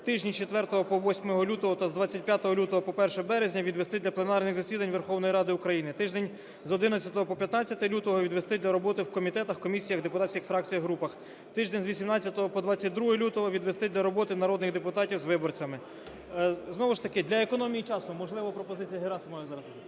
тижні з 4 по 8 лютого та з 25 лютого по 1 березня відвести для пленарних засідань Верховної Ради України; тиждень з 11 по 15 лютого відвести для роботи в комітетах, комісіях, депутатських фракціях, групах; тиждень з 18 по 22 лютого відвести для роботи народних депутатів з виборцями. Знову ж таки для економії часу, можливо, пропозицію Герасимова я зараз…